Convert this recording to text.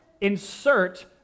insert